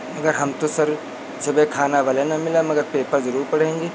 मगर हम तो सर सुबह खाना भले न मिले मगर पेपर ज़रूर पढ़ेंगे